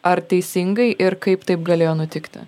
ar teisingai ir kaip taip galėjo nutikti